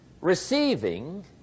Receiving